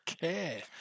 care